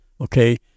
okay